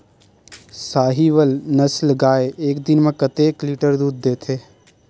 साहीवल नस्ल गाय एक दिन म कतेक लीटर दूध देथे?